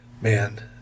man